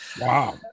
wow